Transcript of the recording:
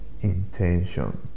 intention